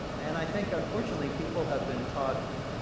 and i think, unfortunately, people have been taught,